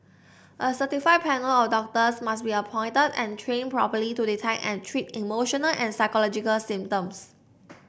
a certified panel of doctors must be appointed and trained properly to detect and treat emotional and psychological symptoms